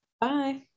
bye